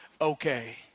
okay